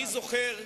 אני זוכר,